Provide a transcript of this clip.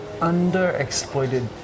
underexploited